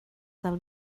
del